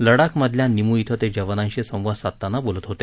लडाखमधल्या निमू धिते जवानांशी संवाद साधताना बोलत होते